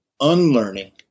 unlearning